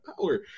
power